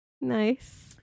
nice